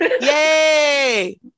Yay